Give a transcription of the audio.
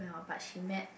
but she met